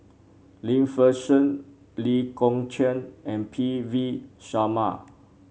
Lim Fei Shen Lee Kong Chian and P V Sharma